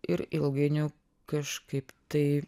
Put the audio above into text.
ir ilgainiui kažkaip tai